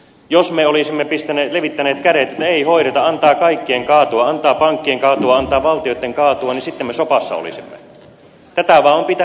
jos me olisimme levittäneet kädet että ei hoideta antaa kaikkien kaatua antaa pankkien kaatua antaa valtioitten kaatua niin sitten me sopassa olisimme